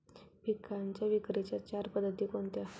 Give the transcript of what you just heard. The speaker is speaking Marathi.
पिकांच्या विक्रीच्या चार पद्धती कोणत्या?